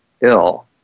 ill